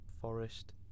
Forest